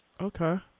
Okay